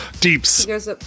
Deeps